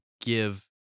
give